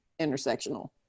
intersectional